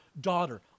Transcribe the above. daughter